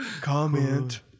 comment